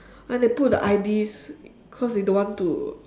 and they put the I_Ds cause they don't want to